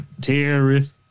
Terrorists